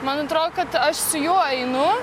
man atrodo kad aš su juo einu